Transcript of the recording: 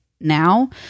now